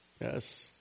Yes